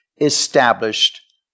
established